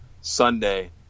Sunday